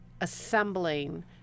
assembling